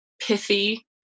pithy